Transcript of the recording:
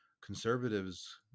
Conservatives